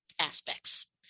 aspects